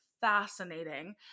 fascinating